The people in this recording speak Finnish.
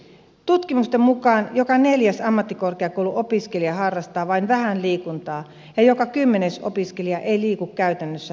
tutkimusten mukaan joka neljäs ammattikorkeakouluopiskelija harrastaa vain vähän liikuntaa ja joka kymmenes opiskelija ei liiku käytännössä lainkaan